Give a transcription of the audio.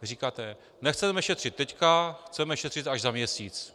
Říkáte: Nechceme šetřit teď, chceme šetřit až za měsíc.